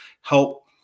help